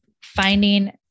finding